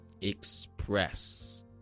express